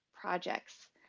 projects